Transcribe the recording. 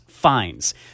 fines